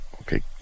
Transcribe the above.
Okay